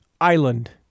island